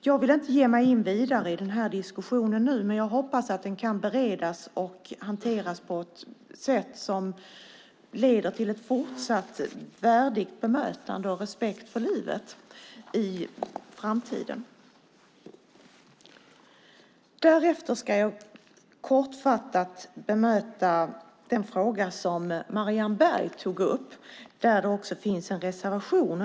Jag vill inte nu ge mig in i denna diskussion ytterligare, men jag hoppas att frågan kan beredas och hanteras på ett sätt som leder till ett fortsatt värdigt bemötande och respekt för livet i framtiden. Låt mig sedan kortfattat bemöta den fråga som Marianne Berg tog upp och där det också finns en reservation.